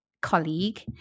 colleague